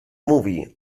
movie